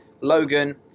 Logan